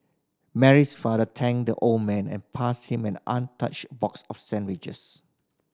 Mary's father thanked the old man and passed him an untouched box of sandwiches